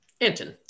Anton